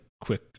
quick